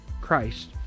Christ